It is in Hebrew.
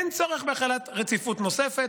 אין צורך בהחלת רציפות נוספת.